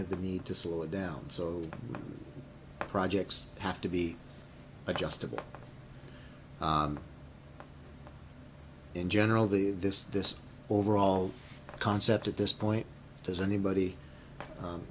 have the need to slow it down so projects have to be adjustable in general the this this overall concept at this point does anybody